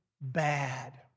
bad